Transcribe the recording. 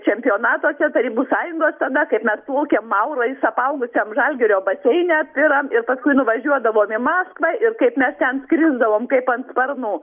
čempionatuose tarybų sąjungos tada kaip mes plaukėm maurais apaugusiam žalgirio baseine piram ir paskui nuvažiuodavom į maskvą ir kaip mes ten skrisdavom kaip ant sparnų